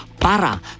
Para